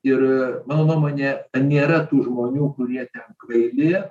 ir mano nuomone nėra tų žmonių kurie ten kvaili